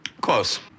Close